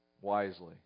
wisely